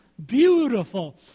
beautiful